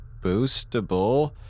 boostable